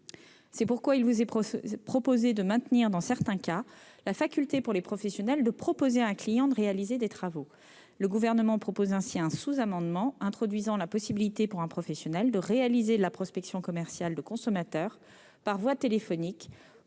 C'est pourquoi il vous est proposé de maintenir, dans certains cas, la faculté pour les professionnels de proposer à un client de réaliser des travaux. Le Gouvernement a ainsi déposé un sous-amendement visant à introduire la possibilité pour un professionnel de réaliser la prospection commerciale de consommateurs par voie téléphonique,